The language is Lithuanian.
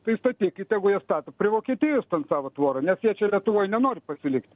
tai statykit tegu jie stato prie vokietijos ten savo tvorą nes jie čia lietuvoj nenori pasilikt